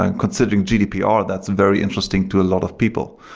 and considering gdpr, that's very interesting to a lot of people.